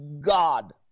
God